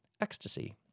Ecstasy